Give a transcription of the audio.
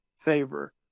favor